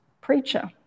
preacher